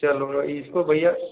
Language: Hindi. चलो इसको भैया